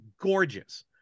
Gorgeous